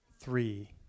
three